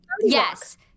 yes